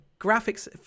graphics